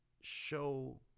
show